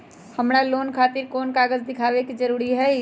हमरा लोन खतिर कोन कागज दिखावे के जरूरी हई?